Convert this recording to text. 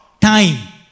time